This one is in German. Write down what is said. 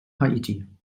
haiti